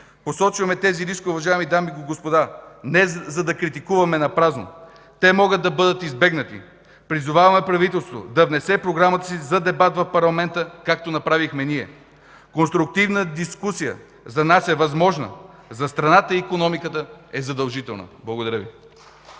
Посочваме тези рискове, уважаеми дами и господа, не за да критикуваме напразно. Те могат да бъдат избегнати. Призоваваме правителството да внесе програмата си за дебат в парламента, както направихме ние. Конструктивната дискусия за нас е възможна, за страната и икономиката е задължителна.” Благодаря Ви.